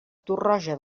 torroja